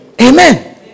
Amen